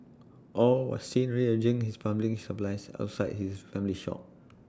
aw was seen rearranging his plumbing supplies outside his family's shop